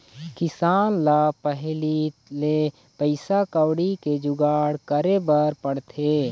किसान ल पहिली ले पइसा कउड़ी के जुगाड़ करे बर पड़थे